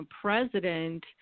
president